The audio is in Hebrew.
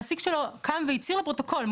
המעסיק שלו קם והצהיר לפרוטוקול,